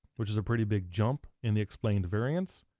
which is a pretty big jump in the explained variance.